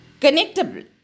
connectable